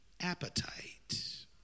appetite